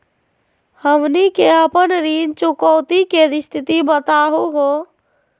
हमनी के अपन ऋण चुकौती के स्थिति बताहु हो?